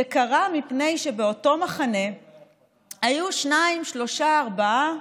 זה קרה מפני שבאותו מחנה היו שניים, שלושה, ארבעה,